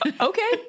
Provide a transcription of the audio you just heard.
Okay